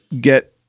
get